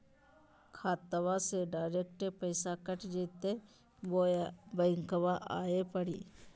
खाताबा से डायरेक्ट पैसबा कट जयते बोया बंकबा आए परी?